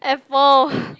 Apple